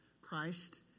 Christ